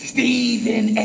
Stephen